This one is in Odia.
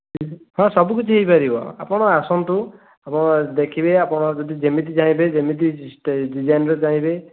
ହଁ ସବୁ କିଛି ହେଇପାରିବ ଆପଣ ଆସନ୍ତୁ ଆପଣ ଦେଖିବେ ଆପଣ ଯଦି ଯେମିତି ଚାହିଁବେ ଯେମିତି ଡିଜାଇନ୍ର ଚାହିଁବେ